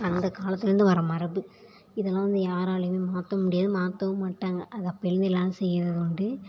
அந்த காலத்திலேருந்து வர மரபு இதெல்லாம் வந்து யாராலேயுமே மாற்ற முடியாது மாற்றவும் மாட்டாங்க அது அப்போலேருந்தே எல்லோரும் செய்கிறது உண்டு